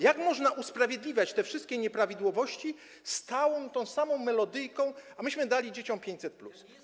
Jak można usprawiedliwiać te wszystkie nieprawidłowości stałą, tą samą melodyjką: a myśmy dali dzieciom 500+?